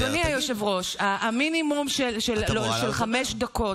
לכל מי שלא דומה לנו.